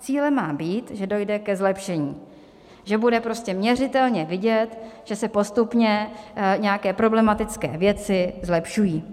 Cílem má být, že dojde ke zlepšení, že bude prostě měřitelně vidět, že se postupně nějaké problematické věci zlepšují.